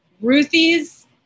Ruthie's